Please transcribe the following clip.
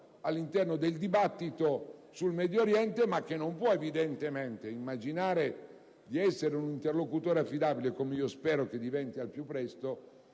all'interno del dibattito sul Medio Oriente, ma che non vuole evidentemente immaginare di essere un interlocutore affidabile - come spero diventi al più presto